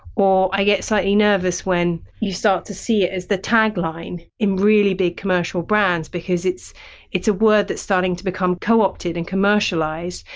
or i get slightly nervous when you start to see it as the tag line in really big commercial brands because it's it's a word that's starting to become co-opted and commercialised,